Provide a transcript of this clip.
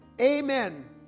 amen